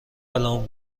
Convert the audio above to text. الان